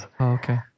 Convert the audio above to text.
Okay